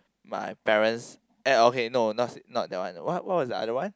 my parents uh okay no no not that one what was the other one